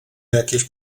jakieś